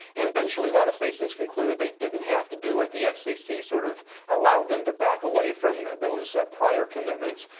and eventually a lot of stations concluded they didn't have to do it. the fcc sort of allowed them to back away from those prior commitments,